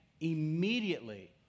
immediately